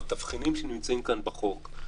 בתבחינים שנמצאים כאן בחוק.